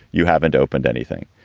you haven't opened anything.